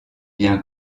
bien